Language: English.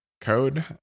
code